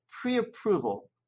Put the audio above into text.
pre-approval